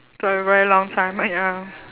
for a very long time ya